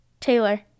Taylor